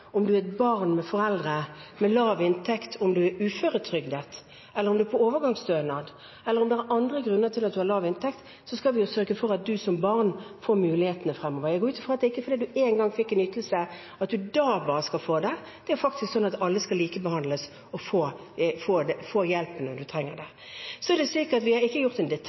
om man er barn av foreldre med lav inntekt, om man er uføretrygdet, eller om man er på overgangsstønad, eller om det er andre grunner til at man har lav inntekt, så skal vi sørge for at man som barn får mulighetene fremover. Jeg går ut fra at det ikke er slik at man skal få en ytelse bare fordi man én gang fikk det. Det er faktisk slik at alle skal likebehandles og få hjelp når man trenger det. Det er ikke slik at vi har gjort en